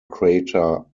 crater